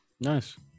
nice